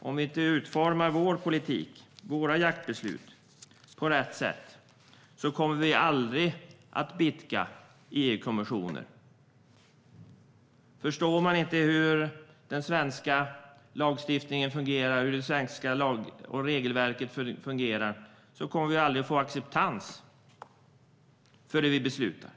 Om vi inte utformar vår politik och våra jaktbeslut på rätt sätt kommer vi aldrig att blidka EU-kommissionen. Förstår man inte hur den svenska lagstiftningen och det svenska regelverket fungerar kommer vi aldrig att få acceptans för det vi beslutar.